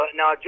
now